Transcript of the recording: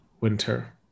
winter